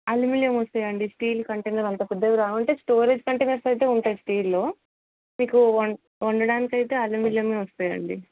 aluminium వస్తాయండి steel container అంత పెద్దవి రావంటే స్టోరేజ కంటైనర్స్ అయితే ఉంటాయి స్టీల్లో మీకు వం వండడానికైతే అలుమినియమే వస్తాయండి